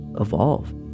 evolve